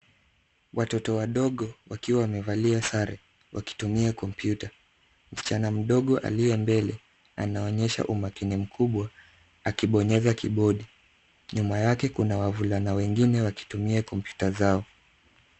Watoto wadogo wakiwa wamevalia sare wakitumia kompyuta. Msichana mdogo aliye mbele anaonesha umakini mkubwa akibonyeza kibodi. Nyuma yake kuna wavulana wengine wakitumia kompyuta zao.